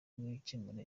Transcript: gukemura